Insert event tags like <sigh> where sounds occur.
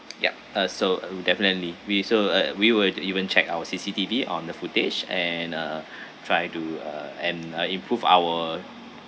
yup uh so uh we'll definitely we so uh we will even check our C_C_T_V on the footage and uh <breath> try to uh and uh improve our